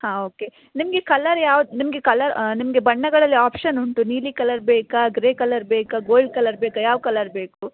ಹಾಂ ಓಕೆ ನಿಮಗೆ ಕಲ್ಲರ್ ಯಾವ್ದು ನಿಮಗೆ ಕಲರ್ ನಿಮಗೆ ಬಣ್ಣಗಳಲ್ಲಿ ಓಪ್ಶನ್ ಉಂಟು ನೀಲಿ ಕಲರ್ ಬೇಕಾ ಗ್ರೇ ಕಲರ್ ಬೇಕಾ ಗೋಲ್ಡ್ ಕಲರ್ ಬೇಕಾ ಯಾವ ಕಲರ್ ಬೇಕು